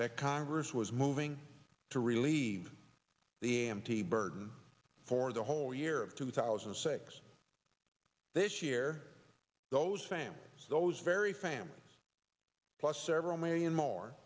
that congress was moving to relieve the a m t burden for the whole year of two thousand and six this year those families those very families plus several million more